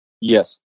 Yes